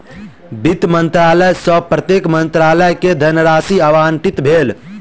वित्त मंत्रालय सॅ प्रत्येक मंत्रालय के धनराशि आवंटित भेल